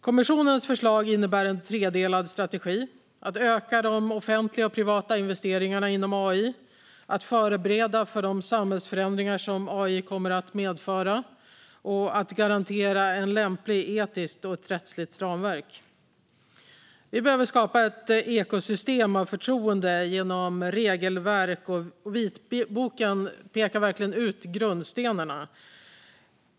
Kommissionens förslag innebär en tredelad strategi, nämligen att öka de offentliga och privata investeringarna inom AI, att förbereda för de samhällsförändringar som AI kommer att medföra och att garantera ett lämpligt etiskt och rättsligt ramverk. Vi behöver skapa ett ekosystem av förtroende med hjälp av ett regelverk, och vitboken pekar verkligen ut grundstenarna.